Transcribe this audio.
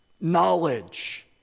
Knowledge